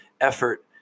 effort